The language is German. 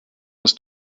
ist